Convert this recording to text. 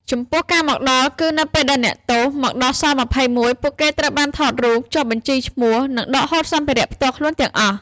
ចំពោះ ការមកដល់គឺ នៅពេលអ្នកទោសមកដល់ ស-២១ ពួកគេត្រូវបានថតរូប ចុះបញ្ជីឈ្មោះ និងដកហូតសម្ភារៈផ្ទាល់ខ្លួនទាំងអស់។